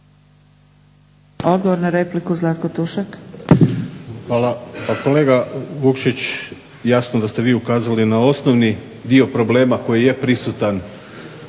- Stranka rada)** Hvala. Pa kolega Vukšić, jasno da ste vi ukazali na osnovni dio problema koji je prisutan